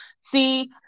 see